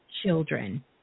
children